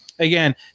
Again